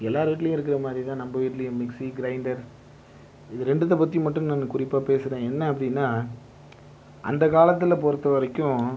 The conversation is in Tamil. எல்லார் வீட்டுலேயும் இருக்கிற மாதிரி தான் நம்ம வீட்டுலேயும் மிக்ஸி கிரைண்டர் இது ரெண்டுத்தை பற்றி மட்டும் நான் குறிப்பாக பேசுகிறேன் என்ன அப்படின்னா அந்த காலத்தில் பொறுத்த வரைக்கும்